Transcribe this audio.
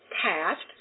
Past